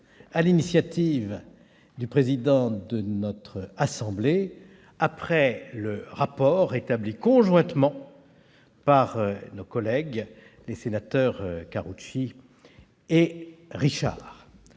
l'initiative du président de notre assemblée, après le rapport établi conjointement par nos collègues Karoutchi et Richard.